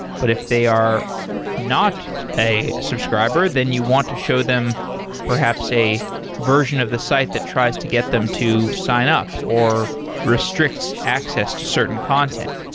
but if they are not a subscriber, then you want to show them perhaps a version of the site that tries to get them to sign up or restricts access to certain content.